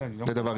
זה דבר ראשון.